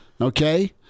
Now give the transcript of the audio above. Okay